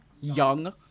young